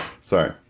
Sorry